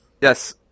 Yes